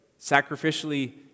sacrificially